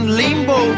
limbo